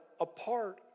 apart